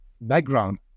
background